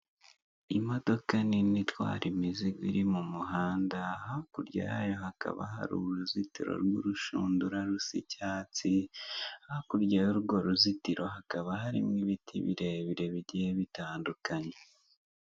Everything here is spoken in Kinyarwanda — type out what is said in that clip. Imodoka nini itwara imizigo, iri mu muhanda, hakurya yayo hakaba hari uruzitiro rw'urushundura rusa icyatsi, hakurya y'urwo ruzitiro hakaba harimo ibiti birebire, bigiye bitandukanye.